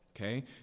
okay